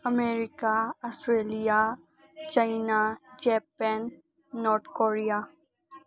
America Australia China Japan North Korea